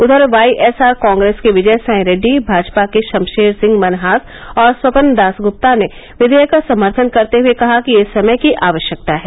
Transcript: उधर वाईएसआर कांग्रेस के विजय साई रेड्डी भाजपा के शमशेर सिंह मनहास और स्वपन दास गुप्ता ने विधेयक का समर्थन करते हुए कहा कि यह समय की आवश्यकता है